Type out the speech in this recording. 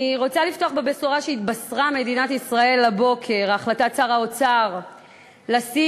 אני רוצה לפתוח בבשורה שהתבשרה מדינת ישראל הבוקר: החלטת שר האוצר לשים